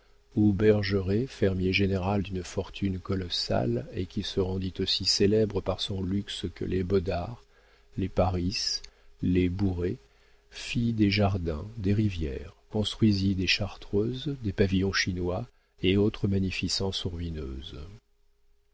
où bergeret fermier général d'une fortune colossale et qui se rendit aussi célèbre par son luxe que les bodard les pâris les bouret fit des jardins des rivières construisit des chartreuses des pavillons chinois et autres magnificences